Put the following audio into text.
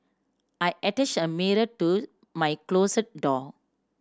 I attached a mirror to my closet door